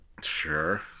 Sure